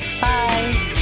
Bye